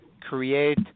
create